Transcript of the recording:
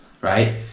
right